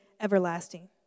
everlasting